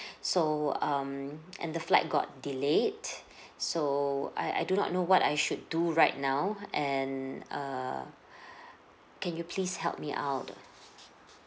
so um and the flight got delayed so I I do not know what I should do right now and err can you please help me out